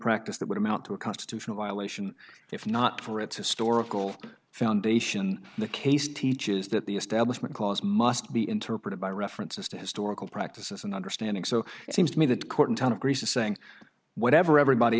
practice that would amount to a constitutional violation if not for its historical foundation the case teaches that the establishment clause must be interpreted by reference to historical practices and understanding so it seems to me that court in town of greece is saying whatever everybody